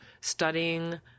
studying